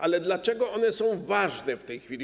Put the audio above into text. Ale dlaczego one są ważne w tej chwili?